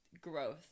growth